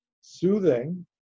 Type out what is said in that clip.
soothing